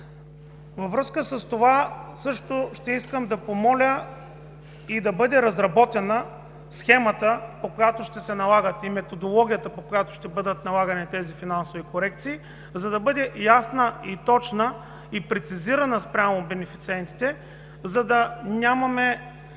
Във връзка с това ще искам да помоля да бъдат разработени схема и методология, по които ще бъдат налагани тези финансови корекции, за да бъде ясна, точна и прецизирана спрямо бенефициентите, за да нямаме